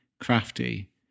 crafty